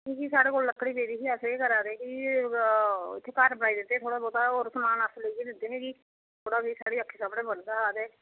क्योंकि साढ़े कोल लकड़ी ही पेदी घार बनाई दिंदे थोह्ड़ा बहुत होर समान लेइयै दिंदे फ्ही साढ़ी अक्खी सामने बंधा हा